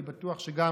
אני בטוח שגם